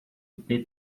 preto